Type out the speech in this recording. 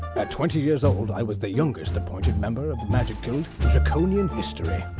at twenty years old, i was the youngest appointed member of the magic guild in draconian history.